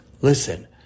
Listen